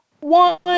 One